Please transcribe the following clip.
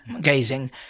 gazing